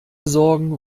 sorgen